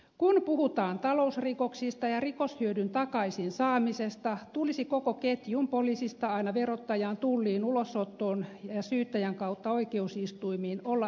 kun puhutaan talousrikoksista ja rikoshyödyn takaisin saamisesta tulisi koko ketjun poliisista aina verottajaan tulliin ulosottoon ja syyttäjän kautta oikeusistuimiin olla iskukykyisessä kunnossa